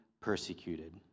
persecuted